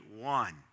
one